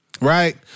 Right